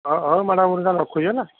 ହଁ ହଁ ମ୍ୟାଡ଼ମ୍ ମୁଁ ରଖୁଛି ହେଲା